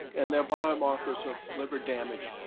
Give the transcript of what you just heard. and they're biomarkers of liver damage,